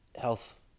health